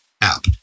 app